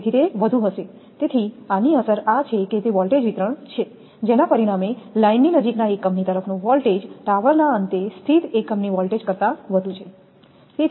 તેથી તે વધુ હશે તેથી આની અસર આ છે કે તે વોલ્ટેજ વિતરણ છે જેના પરિણામે લાઇનની નજીકના એકમની તરફનો વોલ્ટેજ ટાવરના અંતે સ્થિત એકમની વોલ્ટેજ કરતા વધુ છે